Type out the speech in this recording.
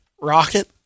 rocket